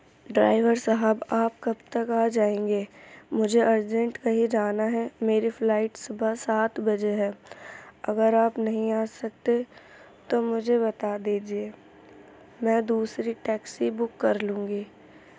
driver صاحب آپ کب تک آ جائیں گے مجھے ارجنٹ کہیں جانا ہے میری فلائٹ صبح سات بجے ہے اگر آپ نہیں آ سکتے تو مجھے بتا دیجیے میں دوسری ٹیکسی بک کر لوں گی